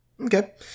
Okay